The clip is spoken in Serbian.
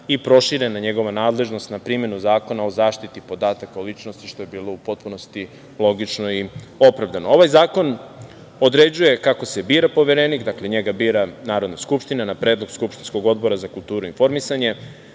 i proširena njegova nadležnost na primenu Zakona o zaštiti podataka o ličnosti, što je bilo u potpunosti logično i opravdano. Ovaj zakon određuje kako se bira Poverenik, dakle, njega bira Narodna skupština na predlog skupštinskog Odbora za kulturu i informisanje,